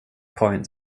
point